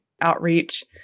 outreach